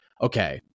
okay